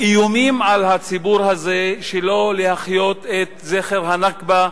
איומים על הציבור הזה והפחדתו שלא להחיות את זכר ה"נכבה"